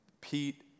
Pete